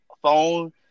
Phone